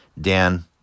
Dan